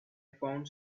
found